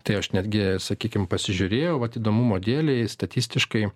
tai aš netgi sakykim pasižiūrėjau vat įdomumo dėlei statistiškai